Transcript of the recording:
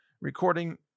recording